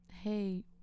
hey